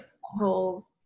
Whole